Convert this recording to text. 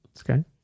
okay